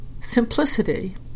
simplicity